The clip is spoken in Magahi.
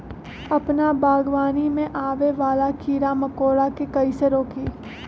अपना बागवानी में आबे वाला किरा मकोरा के कईसे रोकी?